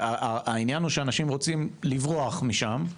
העניין הוא שאנשים רוצים לברוח משם.